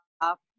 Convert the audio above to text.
up